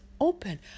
open